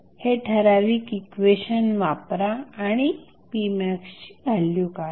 हे ठराविक इक्वेशन वापरा आणि p max ची व्हॅल्यू काढा